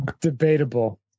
debatable